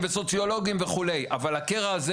וסוציולוגים וכולי אבל את הקרע הזה,